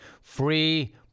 free